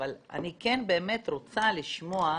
אבל אני כן באמת רוצה לשמוע,